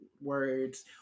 words